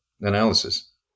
analysis